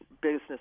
business